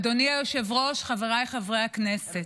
אדוני היושב-ראש, חבריי חברי הכנסת,